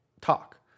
talk